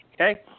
Okay